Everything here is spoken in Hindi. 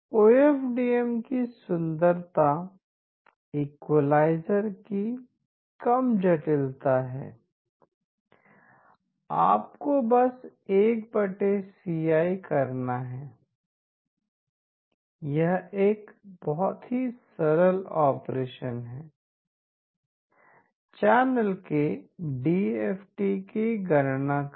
ओ एफ डी एम की सुंदरता इक्विलाइजर की कम जटिलता है आपको बस 1Ci करना है यह एक बहुत ही सरल ऑपरेशन है चैनल के DFT की गणना करें